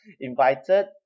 invited